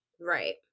Right